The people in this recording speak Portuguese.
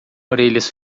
orelhas